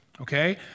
okay